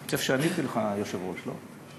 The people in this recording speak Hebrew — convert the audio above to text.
אני חושב שעניתי לך, היושב-ראש, לא?